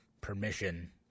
permission